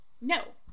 No